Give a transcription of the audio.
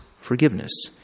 Forgiveness